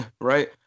right